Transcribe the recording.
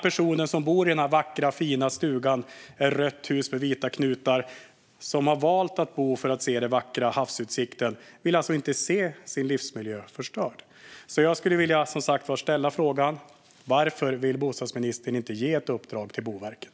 Personen som bor i den vackra, fina, röda stugan med vita knutar och som har valt att bo där för att kunna se den vackra havsutsikten vill inte se sin livsmiljö bli förstörd. Varför vill inte bostadsministern ge ett uppdrag till Boverket?